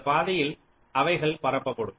இந்தப் பாதையில் அவைகள் பரப்பப்படும்